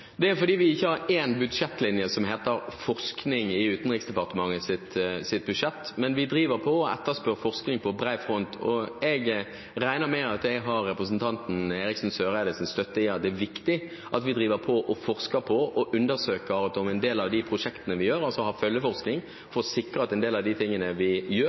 Det er fordi vi ikke har én budsjettlinje som heter forskning i Utenriksdepartementets budsjett, men vi etterspør forskning på bred front. Jeg regner med at jeg har representanten Eriksen Søreides støtte i at det er viktig at vi forsker på og undersøker en del av de prosjektene vi har – altså har følgeforskning – for å sikre at en del av de tingene vi gjør,